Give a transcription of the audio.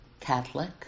Catholic